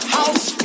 house